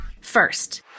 First